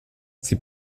sie